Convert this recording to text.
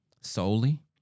solely